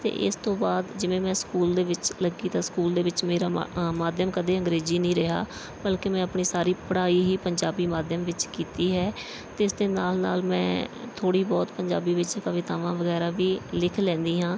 ਅਤੇ ਇਸ ਤੋਂ ਬਾਅਦ ਜਿਵੇਂ ਮੈਂ ਸਕੂਲ ਦੇ ਵਿੱਚ ਲੱਗੀ ਤਾਂ ਸਕੂਲ ਦੇ ਵਿੱਚ ਮੇਰਾ ਮਾ ਮਾਧਿਅਮ ਕਦੇ ਅੰਗਰੇਜ਼ੀ ਨਹੀਂ ਰਿਹਾ ਬਲਕਿ ਮੈਂ ਆਪਣੀ ਸਾਰੀ ਪੜ੍ਹਾਈ ਹੀ ਪੰਜਾਬੀ ਮਾਧਿਅਮ ਵਿੱਚ ਕੀਤੀ ਹੈ ਅਤੇ ਇਸ ਦੇ ਨਾਲ ਨਾਲ ਮੈਂ ਥੋੜ੍ਹੀ ਬਹੁਤ ਪੰਜਾਬੀ ਵਿੱਚ ਕਵਿਤਾਵਾਂ ਵਗੈਰਾ ਵੀ ਲਿਖ ਲੈਂਦੀ ਹਾਂ